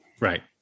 right